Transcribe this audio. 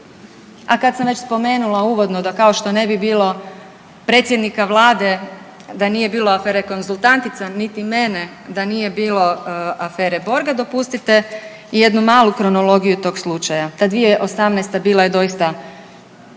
A kad sam već spomenula uvodno da kao što ne bi bilo predsjednika vlade da nije bilo afere konzultantica, niti mene da nije bilo afere borga dopustite jednu malu kronologiju tog slučaja. Ta 2018. bila je doista